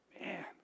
man